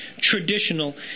traditional